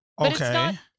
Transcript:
Okay